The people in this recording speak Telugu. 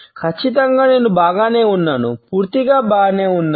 ఖచ్చితంగా నేను బాగానే ఉన్నాను పూర్తిగా బాగానే ఉన్నాను